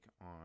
on